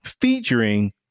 featuring